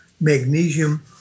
magnesium